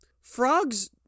frogs